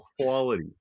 quality